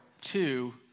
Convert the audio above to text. Two